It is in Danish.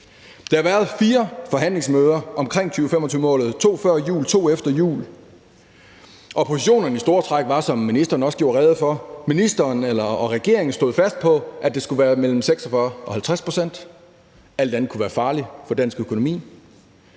Der har været fire forhandlingsmøder om 2025-målet, nemlig to før jul og to efter jul, og positionerne var i store træk, som ministeren også gjorde rede for, for regeringen stod fast på, at det skulle være mellem 46 og 50 pct., for alt andet kunne være farligt for dansk økonomi.